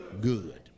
Good